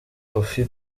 koffi